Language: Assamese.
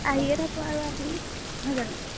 আহিয়ে থাকোঁ আৰু আমি নহয় জানো